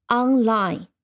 online